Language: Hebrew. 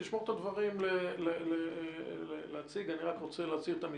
תשמור את הדברים להציג אחר כך.